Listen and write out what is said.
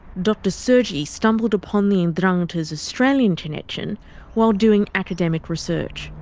dr sergi stumbled upon the ndrangheta's australian connection while doing academic research.